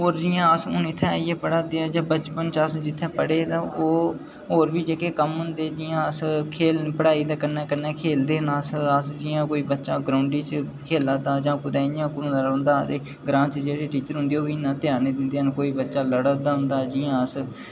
होर जि'यां हून अस इत्थें आइयै पढ़ा दे आं ते बचपन च जित्थै अस पढ़े तां ओह् होर बी जेह्के कम्म होंदे जियां अस पढ़ाई दे कन्नै खेल्लदे अस जि'यां कोई बच्चा ग्राऊंडै च खेल्ला दा ऐ जां इंया गै घुम्मदा रौहंदा ऐ ग्रांऽ दे जेह्ड़े टीचर होंदे ओह्बी इन्ना ध्यान निं दिंदे हैन कोई बच्चा लड़ा दा होंदा ऐ जियां अस